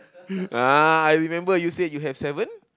ah I remember you said you have seven